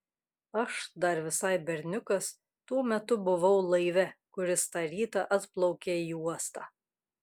aš dar visai berniukas tuo metu buvau laive kuris tą rytą atplaukė į uostą